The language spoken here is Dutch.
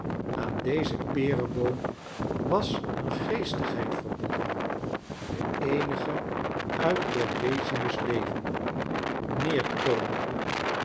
aan dezen pereboom was een geestigheid verbonden de eenige uit lord decimus leven neerkomende